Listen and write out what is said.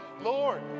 Lord